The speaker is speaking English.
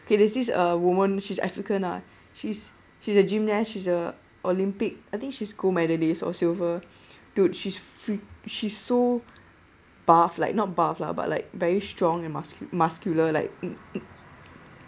okay there is a woman she's african lah she's she's a gymnast she's a Olympic I think she's gold medalist or silver dude she's frea~ she's so buff like not buff lah but like very strong and muscu~ muscular like mm